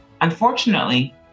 Unfortunately